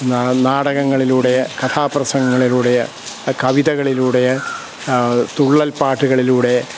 നാടകങ്ങളിലൂടെ കഥാപ്രസംഗങ്ങളിലൂടെ കവിതകളിലൂടെ തുള്ളൽ പാട്ടുകളിലൂടെ